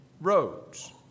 roads